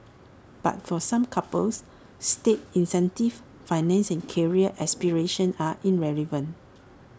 but for some couples state incentives finances and career aspirations are irrelevant